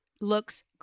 looks